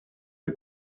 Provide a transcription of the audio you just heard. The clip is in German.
wir